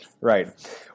right